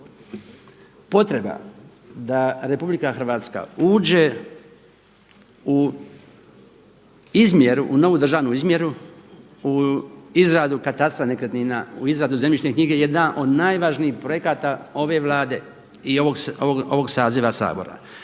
potreba da RH uđe u izmjeru, u novu državnu izmjeru u izradu katastra nekretnina, u izradu zemljišne knjige, jedna od najvažnijih projekata ove Vlade i ovog saziva Sabora.